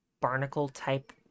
barnacle-type